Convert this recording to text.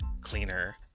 cleaner